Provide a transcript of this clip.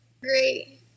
great